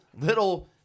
little